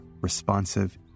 responsive